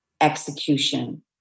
execution